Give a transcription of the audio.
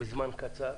בזמן קצר.